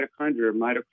mitochondria